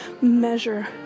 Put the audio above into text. measure